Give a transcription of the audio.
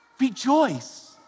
Rejoice